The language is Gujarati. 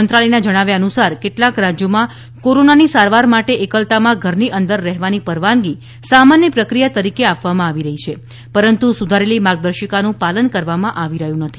મંત્રાલયના જણાવ્યા અનુસાર કેટલાંક રાજ્યોમાં કોરોનાની સારવાર માટે એકલતામાં ઘરની અંદર રહેવાની પરવાનગી સામાન્ય પ્રક્રિયા તરીકે આપવામાં આવી રહી છે પરંતુ સુધારેલી માર્ગદર્શિકાનું પાલન કરવામાં આવી રહ્યું નથી